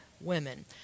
women